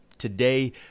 Today